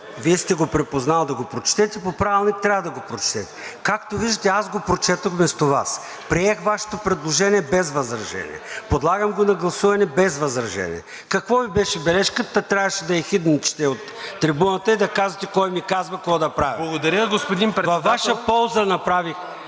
Вие сте го припознали, да го прочетете, по Правилник трябва да го прочетете. Както виждате, аз го прочетох вместо Вас. Приех Вашето предложение без възражение. Подлагам го на гласуване без възражение. Каква Ви беше бележката, та трябваше да ехидничите от трибуната и да казвате кой ми казва какво да правя?! Във Ваша полза направих